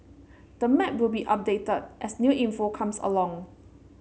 the map will be updated as new info comes along